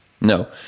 no